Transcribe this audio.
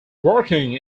working